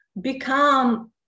become